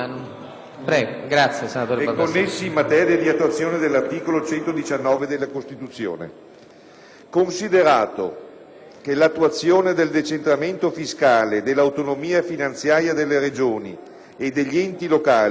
considerato che: l'attuazione del decentramento fiscale e dell'autonomia finanziaria delle regioni e degli enti locali costituisce una riforma strutturale dell'ordinamento fiscale e finanziario della Repubblica;